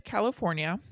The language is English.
California